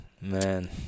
Man